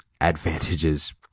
advantages